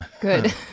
Good